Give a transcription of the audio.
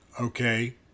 Okay